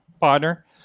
partner